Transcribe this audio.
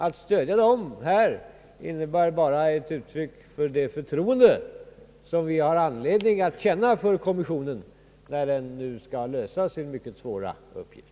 Att stödja högertrafikkommissionen innebär bara ett uttryck för det förtroende som vi har anledning känna för kommissionen, när den nu skall lösa sin mycket svåra uppgift.